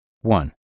One